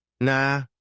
Nah